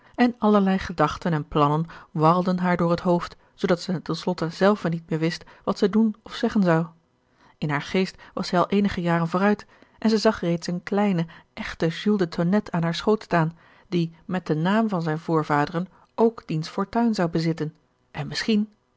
en allerlei gedachten en plannen warrelden haar door het hoofd zoodat zij ten slotte zelve niet meer wist wat zij doen of zeggen zou in haar geest was zij al eenige jaren vooruit en zij zag reeds een kleinen echten jules de tonnette aan haar schoot staan die met den naam van zijn voorvaderen ook diens fortuin zou bezitten en misschien